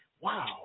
Wow